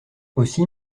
aussi